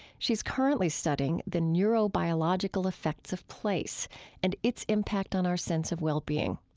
she's currently studying the neurobiological effects of place and its impact on our sense of well-being.